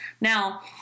Now